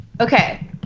Okay